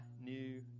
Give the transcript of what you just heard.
new